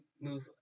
move